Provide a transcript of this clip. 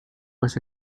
was